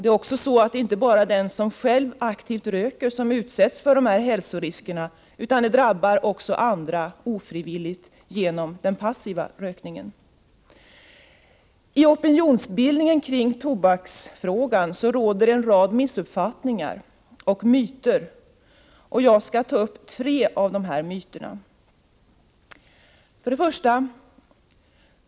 Dessutom är det inte bara den som själv aktivt röker som utsätts för dessa hälsorisker, utan de drabbar också andra genom den ofrivilliga passiva rökningen. I opinionsbildningen kring tobaksfrågan råder en rad missuppfattningar och myter. Jag skall ta upp tre av dessa myter: 1.